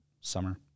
summer